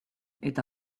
eta